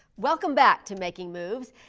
welcome back to making moves.